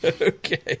Okay